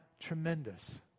tremendous